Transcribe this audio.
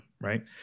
right